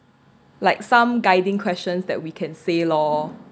like some guiding questions that we can say lor